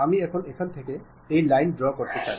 আমি এখান থেকে এখানে একটি লাইন ড্রও করতে চাই